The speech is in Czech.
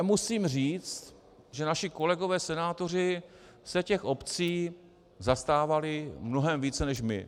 Musím říct, že naši kolegové senátoři se těch obcí zastávali mnohem více než my.